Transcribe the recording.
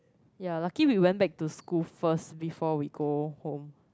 ya lucky we went back to school first before we go home